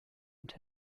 und